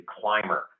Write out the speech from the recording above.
climber